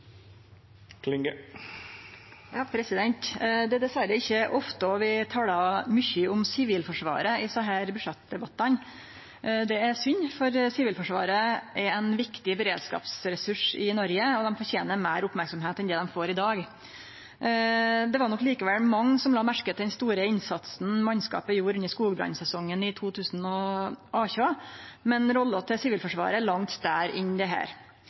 Det er dessverre ikkje ofte vi taler mykje om Sivilforsvaret i desse budsjettdebattane. Det er synd, for Sivilforsvaret er ein viktig beredskapsressurs i Noreg, og dei fortener meir merksemd enn det dei får i dag. Det var nok likevel mange som la merke til den store innsatsen mannskapet gjorde under skogbrannsesongen i 2018, men rolla til Sivilforvaret er langt